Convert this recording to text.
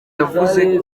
yavuze